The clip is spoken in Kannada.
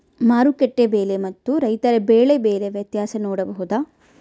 ಮಾರುಕಟ್ಟೆ ಬೆಲೆ ಮತ್ತು ರೈತರ ಬೆಳೆ ಬೆಲೆ ವ್ಯತ್ಯಾಸ ನೋಡಬಹುದಾ?